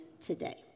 today